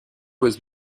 was